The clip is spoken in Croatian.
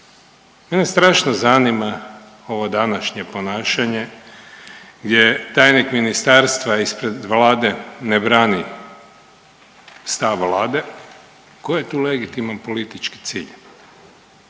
Mene strašno zanima ovo današnje ponašanje gdje tajnik ministarstva ispred Vlade ne brani stav Vlade ko je tu legitiman politički cilj?